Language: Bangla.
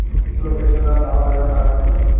সবগুলো পেশাদার দালালেরা টাকা খাটায়